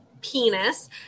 penis